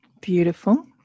beautiful